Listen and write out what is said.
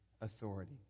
authority